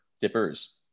Dippers